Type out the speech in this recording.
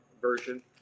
version